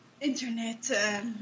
internet